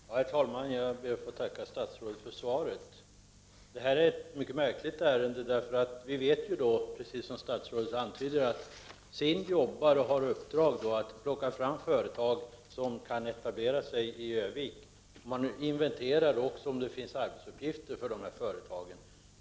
Prot. 1989/90:34 Herr talman! Jag ber att få tacka statsrådet för svaret. 28 november 1989 Det här är ett mycket märkligt ärende. Vi vet, som statsrådet antyder, att. SIND har i uppdrag att plocka fram företag som kan etablera sig i Örnskölds Svar på frågor vik och att inventera tillgången på arbetsuppgifter för företagen.